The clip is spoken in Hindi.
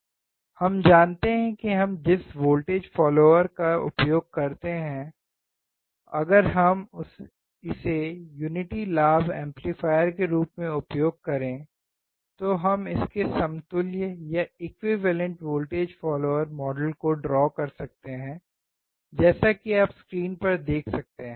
हम जानते हैं कि हम जिस वोल्टेज फॉलोअर का उपयोग करते हैं अगर हम इसे युनिटी लाभ एम्पलीफायर के रूप में उपयोग करते हैं तो हम इसके समतुल्य वोल्टेज फॉलोअर मॉडल को ड्रॉ कर सकते हैं जैसा कि आप स्क्रीन पर देख सकते हैं